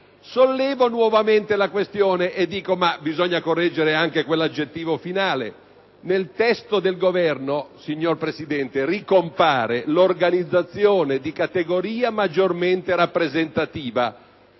Sollevo nuovamente la questione e dico che bisogna correggere anche quell'aggettivo finale. Nel testo del Governo, signor Presidente, ricompare «l'Organizzazione di categoria maggiormente rappresentativa».